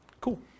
Cool